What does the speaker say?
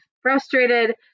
frustrated